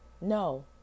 no